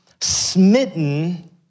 smitten